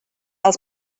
els